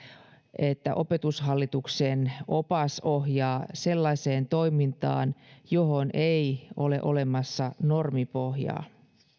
että opetushallituksen opas ohjaa sellaiseen toimintaan johon ei ole olemassa normipohjaa